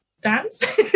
dance